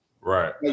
Right